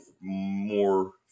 more